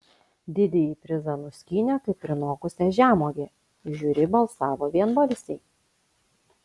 didįjį prizą nuskynė kaip prinokusią žemuogę žiūri balsavo vienbalsiai